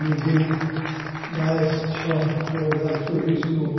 मुझे बास छः दो हज़ार चौबीस को